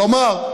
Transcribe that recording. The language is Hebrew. כלומר,